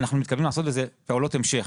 אנחנו מתכוונים לעשות לזה פעולות המשך.